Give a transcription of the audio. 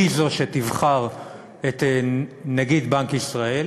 היא זאת שתבחר את נגיד בנק ישראל,